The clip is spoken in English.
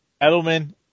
Edelman